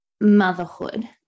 motherhood